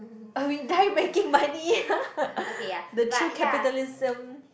uh we die making money the true capitalism